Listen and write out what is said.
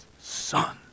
son